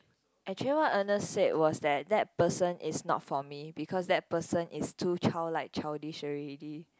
actually what Ernest said was that that person is not for me because that person is too childlike childish already